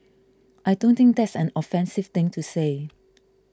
I don't think that's an offensive thing to say